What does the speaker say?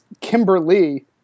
Kimberly